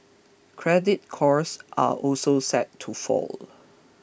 credit costs are also set to fall